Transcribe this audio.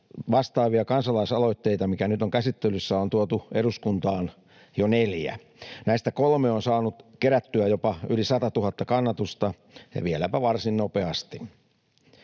vastaavia kansalaisaloitteita kuin mikä nyt on käsittelyssä, on tuotu eduskuntaan jo neljä. Näistä kolme on saanut kerättyä jopa yli satatuhatta kannatusta ja vieläpä varsin nopeasti.